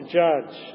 judge